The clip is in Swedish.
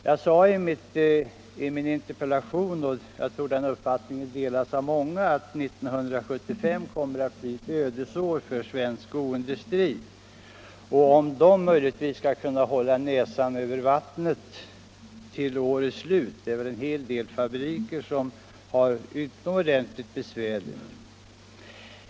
Jag sade i min interpellation, och jag tror att den uppfattningen delas av många, att 1975 kommer att bli ett ödesår för svensk skoindustri och avgörande för om skoindustrin möjligtvis skall kunna hålla näsan över vattnet. En hel del fabriker har det utomordentligt besvärligt.